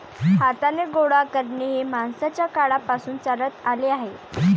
हाताने गोळा करणे हे माणसाच्या काळापासून चालत आले आहे